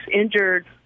injured